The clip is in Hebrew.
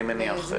אני מניח,